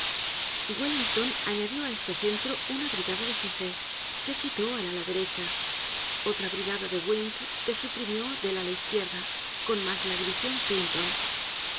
wellington añadió á este centro una brigada de chassé que quitó al ala derecha otra brigada de wincke que suprimió del ala izquierda con mas la division clinton